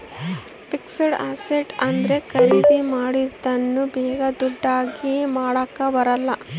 fixed asset ಅಂದ್ರೆ ಖರೀದಿ ಮಾಡಿರೋದನ್ನ ಬೇಗ ದುಡ್ಡು ಆಗಿ ಮಾಡಾಕ ಬರಲ್ಲ